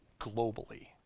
globally